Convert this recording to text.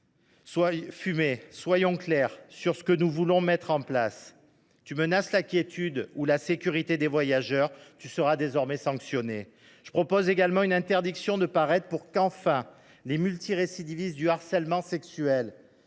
! Soyons clairs sur ce que nous voulons mettre en place : tu menaces la quiétude ou la sécurité des voyageurs, tu seras désormais sanctionné ! Je propose également une interdiction de paraître, pour qu’enfin les multirécidivistes du harcèlement sexuel